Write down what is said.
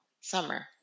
summer